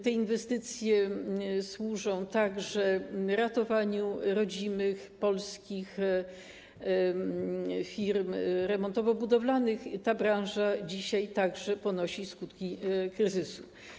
Te inwestycje służą także ratowaniu rodzimych, polskich firm remontowo-budowlanych, bo ta branża dzisiaj także odczuwa skutki kryzysu.